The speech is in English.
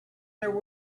there